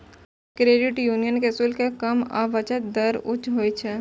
credit union के शुल्क कम आ बचत दर उच्च होइ छै